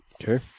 Okay